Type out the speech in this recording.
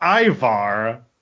Ivar